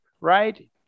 right